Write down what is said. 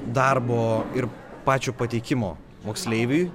darbo ir pačio pateikimo moksleiviui